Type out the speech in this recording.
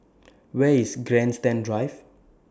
Where IS Grandstand Drive